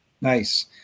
Nice